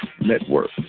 Network